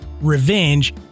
Revenge